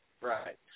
Right